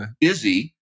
busy